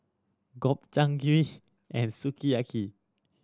Gobchang Gui and Sukiyaki